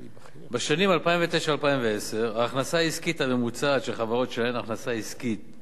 בשנים 2009 2010 ההכנסה העסקית הממוצעת של חברות שלהן הכנסה עסקית של